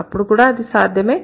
అప్పుడు కూడా అది సాధ్యమే